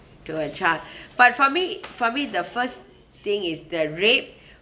to a chat but for me for me the first thing is that rape